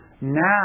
now